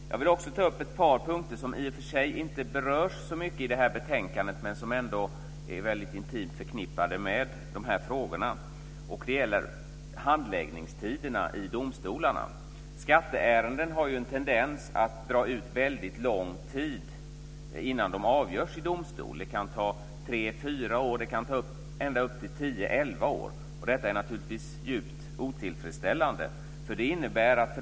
Jag vill också ta upp ett par punkter som i och för sig inte berörs så mycket i det här betänkandet men som ändå är väldigt intimt förknippade med dessa frågor. Det gäller handläggningstiderna i domstolarna. Det finns ju en tendens att det tar väldigt lång tid innan skatteärenden avgörs i domstol. Det kan ta tre fyra år och ända upp till tio elva år. Detta är naturligtvis djupt otillfredsställande.